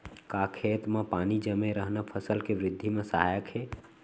का खेत म पानी जमे रहना फसल के वृद्धि म सहायक हे?